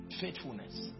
Faithfulness